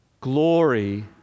Glory